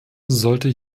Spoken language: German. sollte